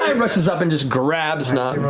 um rushes up and just grabs nott,